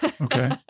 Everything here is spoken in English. okay